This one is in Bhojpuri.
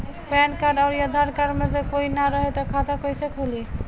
पैन कार्ड आउर आधार कार्ड मे से कोई ना रहे त खाता कैसे खुली?